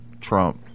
Trump